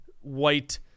white